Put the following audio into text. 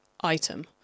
item